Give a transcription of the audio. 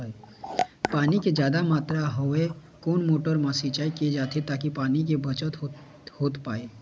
पानी के जादा मात्रा हवे कोन मोटर मा सिचाई किया जाथे ताकि पानी के बचत होथे पाए?